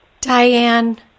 Diane